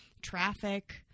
Traffic